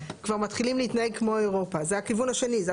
אז נכון הוא שאני